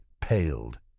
paled